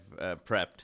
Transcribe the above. prepped